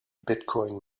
bitcoin